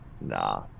nah